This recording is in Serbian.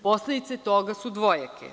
Posledice toga su dvojake.